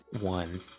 one